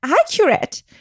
accurate